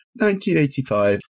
1985